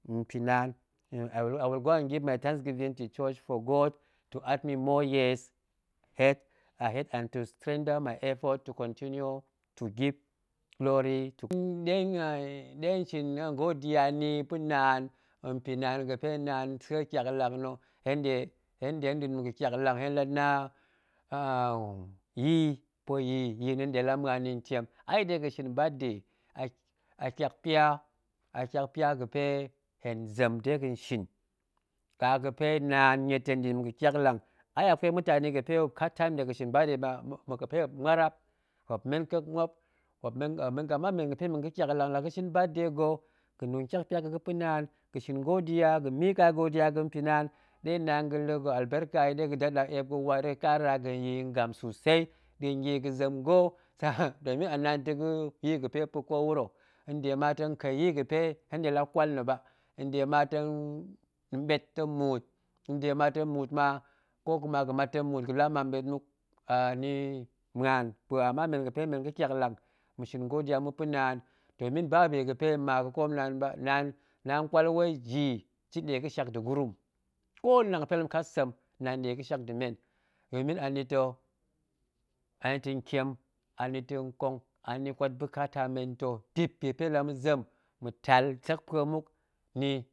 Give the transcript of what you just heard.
Mpinnaan, i will go and give my thanks given to church for god to add me four years ahead and to strengther my effort to continue to give glory, ɗe hen shin godiya nni yi pa̱ naan nɗa̱a̱n pinaan ga̱pe naan sa̱e tyaklang na̱ hen nɗe nɗa̱a̱n ma̱ga̱ tyak lang yii pue nɗe la muan yi ntiem a dega̱ shin birthday a tyakpya ga̱pe naan hen zem dega̱n shir ka ga̱pe naan niet hen nɗa̱a̱n ma̱ga̱ tyaklang, ai akwei mutani ga̱pe muop kat time dega̱ shin birthday ba ma ga̱pe muop muarap, muop men kek muop, ama men ga̱pe men ga̱ tyaklang la ga̱shin birthday ga, ga̱ nin tyakpya ga̱ ga̱pa̱ naan ga̱shin godiya ga̱ mika kiu tan ga̱ mpin naan ɗe naan ga̱pa̱ alberka yi ɗega̱ daɗa eep ga̱ waarɗega kara ga̱ yii yi ngam susei, nɗa̱a̱n yii ga̱zem ga̱, domin a naan ta̱ ga̱ yii ga̱pe ko wuro nde ma tong keiyii ga̱pe hen nɗe la kwal nna̱ ba, nde ma tong mɓet tong muut, nde ma ta̱ muut ma ko kuma ga̱mat tong muut ga̱ laa ma mbet muk, ni muon mpue, ama men ga̱pe men ga̱ tyaklang ma̱shin godiya ma̱ pa̱ naan, domin ba bi ga̱pe ma ga̱koom naan ba, naan kwat wei ji, ji ɗe ga̱shak nda̱ gurum, ko nnang ga̱pe la ma̱ kat sem, naan nɗe ga̱shak nda̱ men, domin anita̱ ntiem anita̱ nkong, ani kwat buka ta menta̱ dip bi ga̱pe la ma̱zem sekpue muk